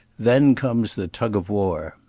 then comes the tug of war